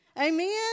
Amen